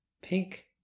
pink